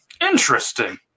Interesting